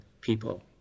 people